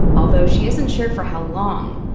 although she isn't sure for how long.